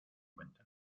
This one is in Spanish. cuenta